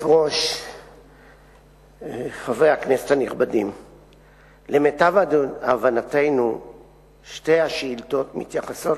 חבר הכנסת אריה אלדד שאל את